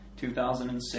2006